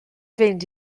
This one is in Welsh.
fynd